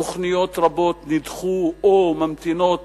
תוכניות רבות נדחו או ממתינות